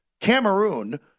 Cameroon